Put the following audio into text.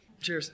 cheers